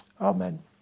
Amen